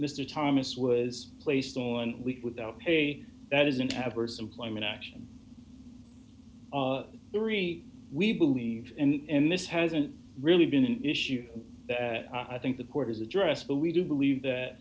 mr thomas was placed on week without pay that is an adverse employment action three we believe and this hasn't really been an issue that i think the court has addressed but we do believe that